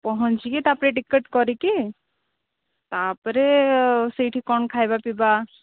ପହଁଚିକି ତା'ପରେ ଟିକେଟ୍ କରିକି ତା'ପରେ ସେଇଠି କ'ଣ ଖାଇବା ପିଇବା